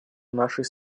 нашей